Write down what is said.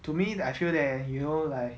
to me that I feel that you know like